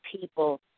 people